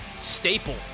staple